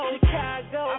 Chicago